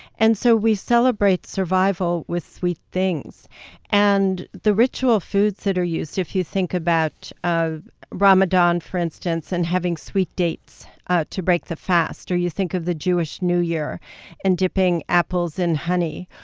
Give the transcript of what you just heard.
and so we celebrate survival with sweet things and the ritual foods that are used if you think about ramadan, for instance, and having sweet dates to break the fast, or you think of the jewish new year and dipping apples in honey,